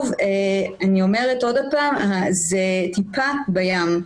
אני אומרת עוד פעם, זה טיפה בים.